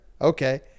Okay